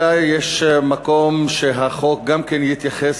אלא יש מקום שהחוק גם כן יתייחס